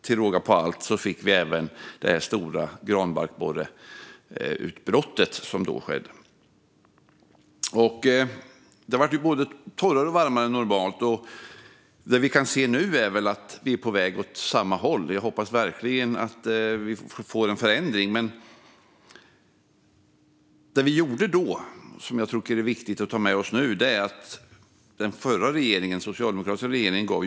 Till råga på allt fick vi även det stora granbarkborreutbrottet. Det var både torrare och varmare än normalt, och det vi kan se nu är väl att vi är på väg åt samma håll. Jag hoppas verkligen att vi får en förändring. Men jag tycker att det är viktigt att vi nu tar med oss det som den förra regeringen, den socialdemokratiska regeringen, då gjorde.